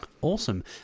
Awesome